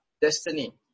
destiny